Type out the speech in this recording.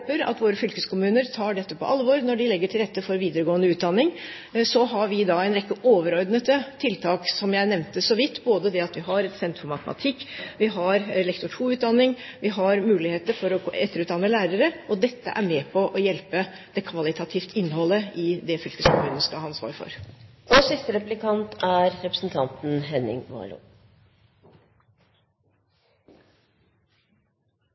at våre fylkeskommuner tar dette på alvor når de legger til rette for videregående utdanning. Så har vi da en rekke overordnede tiltak, som jeg nevnte så vidt, både at vi har et senter for matematikk, vi har Lektor 2-utdanningen, vi har muligheter for å etterutdanne lærere, og dette er med på å hjelpe når det gjelder det kvalitative innholdet i det fylkeskommunen skal ha ansvaret for. Vår største næring, og kanskje også den mest teknologitunge og realfagavhengige, er